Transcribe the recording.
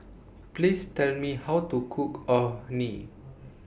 Please Tell Me How to Cook Orh Nee